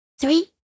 Three